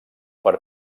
per